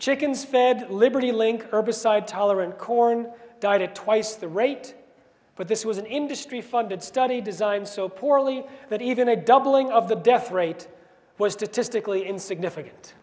chickens fed liberty link herbicide tolerant corn diet at twice the rate but this was an industry funded study designed so poorly that even a doubling of the death rate was due to stickley in significant